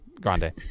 grande